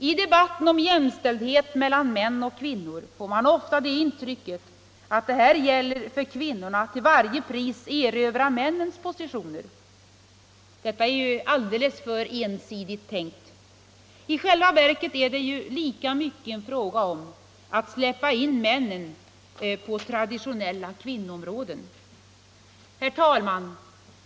Av debatten om jämställdhet mellan män och kvinnor får man ofta intrycket att här gäller det för kvinnorna att till varje pris erövra männens positioner. Detta är ju alldeles för ensidigt tänkt. I själva verket är det lika mycket en fråga om att släppa in männen på traditionella kvinnoområden. Herr talman!